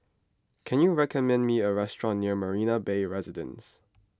can you recommend me a restaurant near Marina Bay Residences